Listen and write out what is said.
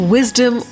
Wisdom